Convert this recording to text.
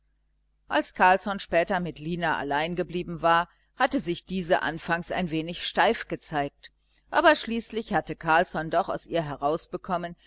als carlsson später mit lina allein geblieben war hatte sich diese anfangs ein wenig steif gezeigt aber schließlich hatte carlsson doch aus ihr herausbekommen